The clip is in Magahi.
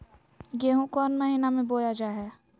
गेहूँ कौन महीना में बोया जा हाय?